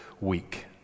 week